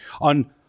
On